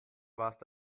warst